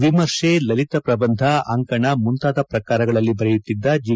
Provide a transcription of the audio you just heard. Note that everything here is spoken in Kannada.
ವಿಮರ್ತೆ ಲಲಿತ ಪ್ರಬಂಧಅಂಕಣ ಬರಪ ಮುಂತಾದ ಪ್ರಕಾರಗಳಲ್ಲಿ ಬರೆಯುತ್ತಿದ್ದ ಜಿ